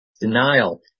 Denial